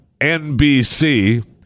NBC